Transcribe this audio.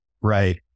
Right